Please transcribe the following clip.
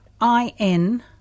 I-N